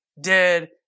dead